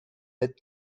d’être